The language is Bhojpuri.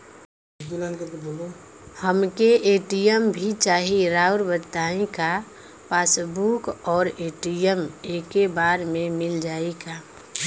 हमके ए.टी.एम भी चाही राउर बताई का पासबुक और ए.टी.एम एके बार में मील जाई का?